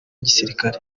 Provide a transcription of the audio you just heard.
gisirikare